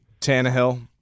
Tannehill